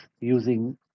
using